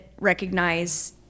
recognize